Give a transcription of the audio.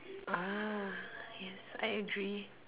ah I agree